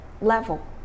level